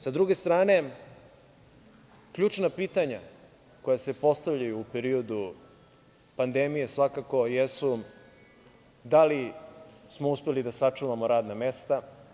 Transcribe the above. Sa druge strane, ključna pitanja koja se postavljaju u periodu pandemije svakako jesu - da li smo uspeli da sačuvamo radna mesta?